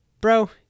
bro